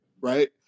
right